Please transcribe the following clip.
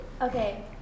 Okay